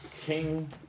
King